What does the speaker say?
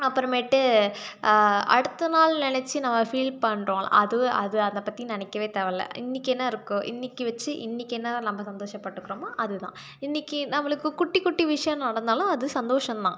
அப்புறமேட்டு அடுத்த நாள் நினச்சி நம்ம ஃபீல் பண்ணுறோம்ல அது அது அதை பற்றி நினைக்கவே தேவையில்ல இன்றைக்கி என்ன இருக்கோ இன்றைக்கி வச்சு இன்றைக்கி என்னலாம் நம்ம சந்தோஷப்பட்டுக்கிறோமோ அது தான் இன்றைக்கி நம்மளுக்கு குட்டி குட்டி விஷயம் நடந்தாலும் அது சந்தோஷம் தான்